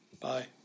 Bye